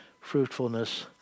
fruitfulness